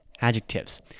adjectives